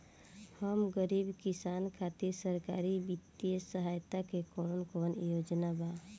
हम गरीब किसान खातिर सरकारी बितिय सहायता के कवन कवन योजना बा?